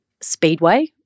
Speedway